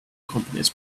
companies